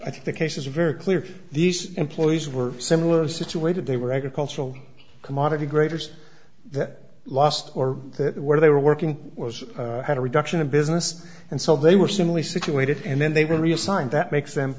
i think the cases are very clear these employees were similar situated they were agricultural commodity graters that last or where they were working was had a reduction of business and so they were similarly situated and then they were reassigned that makes them